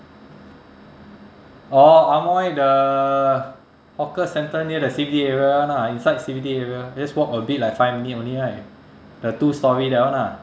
oh amoy the hawker centre near the C_B_D area [one] ah inside the C_B_D area just walk a bit like five minute only right the two storey that one ah